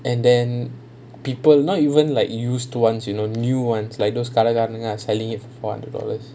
and then people not even like use to ones you know new ones like those garden garden ah are selling it for four hundred dollars